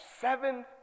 seven